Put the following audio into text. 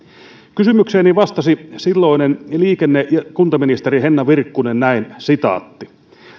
kysymykseeni vastasi silloinen liikenne ja kuntaministeri henna virkkunen näin